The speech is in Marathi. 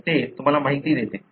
तर ते तुम्हाला माहिती देते